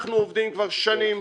אנחנו עובדים כבר שנים,